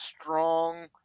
strong